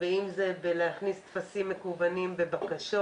אם זה בהכנסת טפסים מקוונים בבקשות